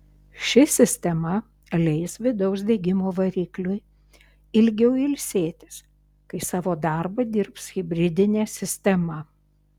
ši sistema leis vidaus degimo varikliui ilgiau ilsėtis kai savo darbą dirbs hibridinė sistema